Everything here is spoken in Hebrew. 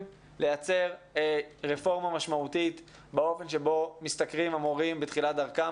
לייצר רפורמה משמעותית באופן שבו משתכרים המורים בתחילת דרכם,